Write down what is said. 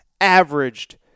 averaged